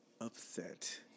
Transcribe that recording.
upset